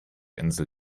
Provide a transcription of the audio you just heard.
insel